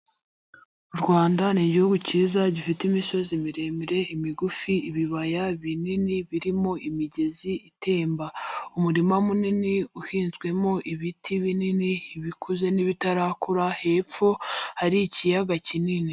U Rwanda ni igihugu cyiza gifite imisozi miremire, imigufi, ibibaya binini birimo imigezi itemba. Umurima munini uhinzwemo ibiti binini bikuze n'ibitarakura hepfo hari ikiyaga kinini.